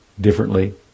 differently